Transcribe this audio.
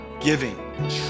giving